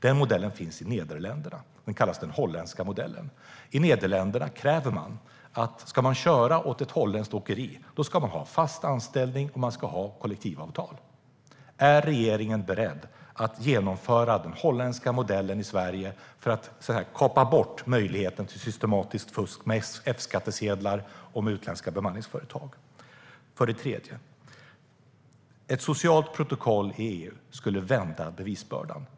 Den modellen finns i Nederländerna och kallas för den holländska modellen. I Nederländerna krävs att om man ska köra åt ett holländskt åkeri, då ska man ha fast anställning och kollektivavtal. Är regeringen beredd att genomföra den holländska modellen i Sverige för att så att säga kapa bort möjligheten till systematiskt fusk med F-skattsedlar och utländska bemanningsföretag? Det tredje området gäller att ett socialt protokoll i EU skulle vända på bevisbördan.